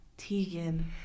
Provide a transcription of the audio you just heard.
Tegan